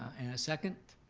and a second?